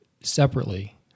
separately